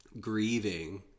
grieving